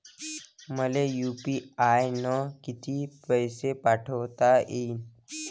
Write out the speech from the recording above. मले यू.पी.आय न किती पैसा पाठवता येईन?